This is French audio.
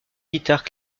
guitares